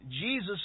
Jesus